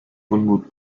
unmut